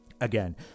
Again